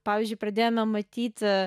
pavyzdžiui pradėjome matyt